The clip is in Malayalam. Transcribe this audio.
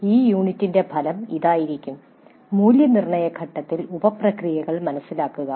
ഈ യൂണിറ്റിന്റെ ഫലം ഇതായിരിക്കും മൂല്യനിർണ്ണയ ഘട്ടത്തിന്റെ ഉപ പ്രക്രിയകൾ മനസിലാക്കുക